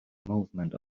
movement